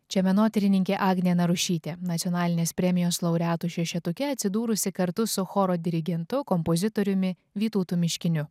čia menotyrininkė agnė narušytė nacionalinės premijos laureatų šešetuke atsidūrusi kartu su choro dirigentu kompozitoriumi vytautu miškiniu